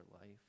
life